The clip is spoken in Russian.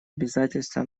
обязательства